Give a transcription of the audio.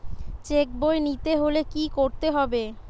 Check বই নিতে হলে কি করতে হবে?